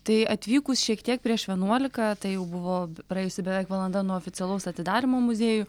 tai atvykus šiek tiek prieš vienuoliką tai jau buvo praėjusi beveik valanda nuo oficialaus atidarymo muziejų